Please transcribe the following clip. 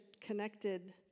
connected